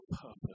purpose